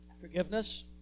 forgiveness